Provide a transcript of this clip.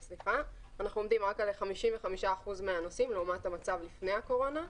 אנחנו עומדים רק על 55% מהנוסעים לעומת המצב לפני הקורונה.